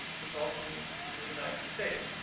which also means it's in the united states.